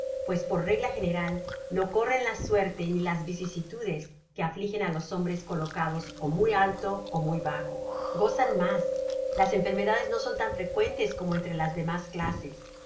pues por regla general no corren la suerte ni las vicisitudes que afligen á lo nombres colocados ó muy alto ó muy bajo gozan mas las enfermedades no son tan frecuentes como entre las demas clases